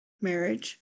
marriage